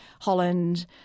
Holland